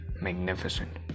magnificent